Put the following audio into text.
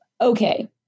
okay